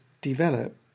develop